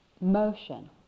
motion